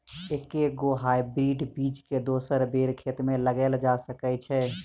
एके गो हाइब्रिड बीज केँ दोसर बेर खेत मे लगैल जा सकय छै?